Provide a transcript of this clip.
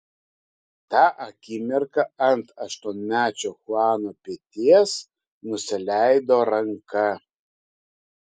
tą akimirką ant aštuonmečio chuano peties nusileido ranka